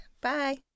Bye